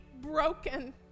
broken